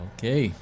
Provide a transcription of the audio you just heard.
Okay